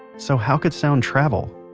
so how could sound travel?